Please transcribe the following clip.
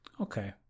okay